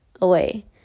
away